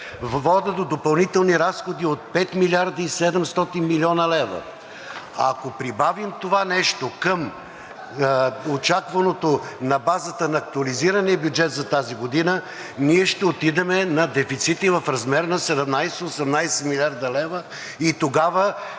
водят до допълнителни разходи от 5 млрд. и 700 млн. лв. Ако прибавим това нещо към очакваното на базата на актуализирания бюджет за тази година, ние ще отидем на дефицити в размер на 17 – 18 млрд. лв. и тогава